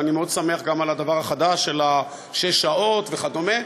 ואני מאוד שמח גם על הדבר החדש, שש השעות וכדומה.